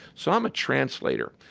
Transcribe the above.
so i'm a translator.